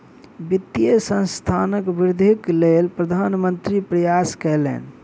वित्तीय संस्थानक वृद्धिक लेल प्रधान मंत्री प्रयास कयलैन